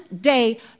day